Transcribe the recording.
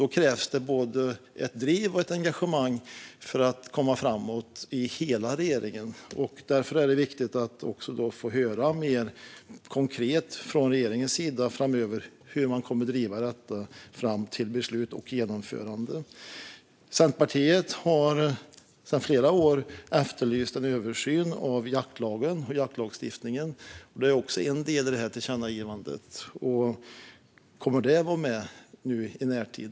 Då krävs det både ett driv och ett engagemang för att komma framåt i hela regeringen. Därför är det viktigt att få höra mer konkret från regeringens sida framöver hur man kommer att driva detta fram till beslut och genomförande. Centerpartiet har sedan flera år efterlyst en översyn av jaktlagstiftningen. Det är också en del i tillkännagivandet. Kommer det att vara med nu i närtid?